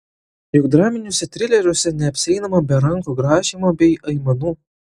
juk draminiuose trileriuose neapsieinama be rankų grąžymo bei aimanų